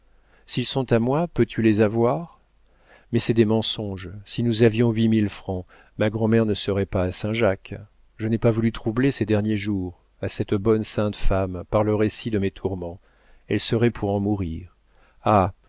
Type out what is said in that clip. s'ils sont à moi peux-tu les avoir mais c'est des mensonges si nous avions huit mille francs ma grand'mère ne serait pas à saint-jacques je n'ai pas voulu troubler ses derniers jours à cette bonne sainte femme par le récit de mes tourments elle serait pour en mourir ah